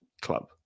club